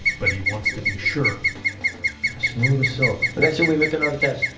but he wants to be sure smooth as silk. but let's say we make another test,